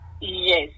Yes